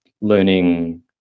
learning